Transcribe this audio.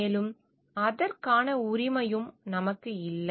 மேலும் அதற்கான உரிமையும் நமக்கு இல்லை